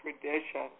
tradition